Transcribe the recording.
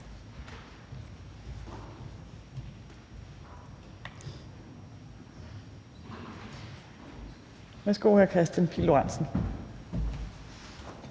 Værsgo, hr. Kristian Pihl Lorentzen.